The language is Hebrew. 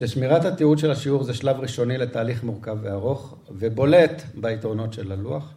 ‫לשמירת התיעוד של השיעור זה ‫שלב ראשוני לתהליך מורכב וארוך, ‫ובולט ביתרונות של הלוח.